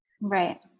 Right